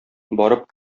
барып